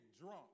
drunk